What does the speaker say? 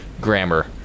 grammar